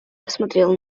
посмотрел